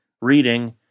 reading